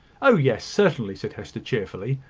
oh, yes, certainly, said hester, cheerfully.